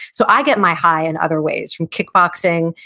so i get my high in other ways, from kickboxing,